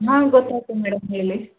ಹಾಂ ಗೊತ್ತಾಯಿತು ಮೇಡಮ್ ಹೇಳಿ